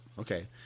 okay